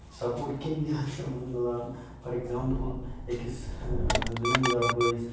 support کَمہِ لِہازٕ چھُ یِمَن مِلان فار اٮ۪کزامپٔل أکِس زٔمیٖن دار بٲیِس